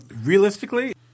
Realistically